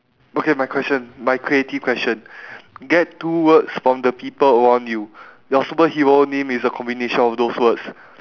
okay my question my creative question get two words from the people around you your superhero name is a combination of those words